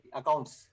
accounts